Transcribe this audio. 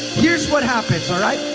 here's what happens, alright?